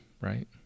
right